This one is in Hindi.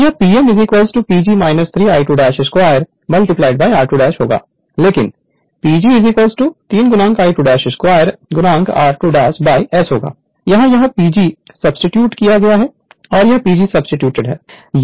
तो यह Pm PG 3 I2 2 r2 होगा लेकिन PG 3 I2 2r2 by S होगा यहां यह PG सब्सीट्यूट किया है यहां यह PG सब्सीट्यूट है